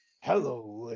Hello